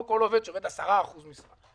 לא כל עובד שעובד ב-10% משרה.